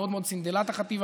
מאוד מאוד סנדלה את החטיבה,